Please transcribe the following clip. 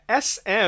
sm